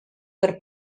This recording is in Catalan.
per